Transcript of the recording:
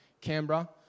Canberra